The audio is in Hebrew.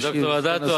ד"ר אדטו,